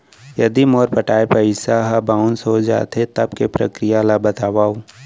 यदि मोर पटाय पइसा ह बाउंस हो जाथे, तब के प्रक्रिया ला बतावव